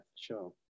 sure